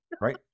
Right